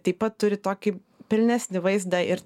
taip pat turi tokį pilnesnį vaizdą ir